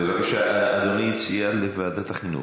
בבקשה, אדוני הציע את ועדת החינוך.